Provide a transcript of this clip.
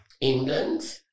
England